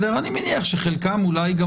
אני מניח שחלקם אולי גם